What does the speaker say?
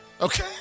Okay